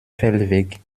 feldweg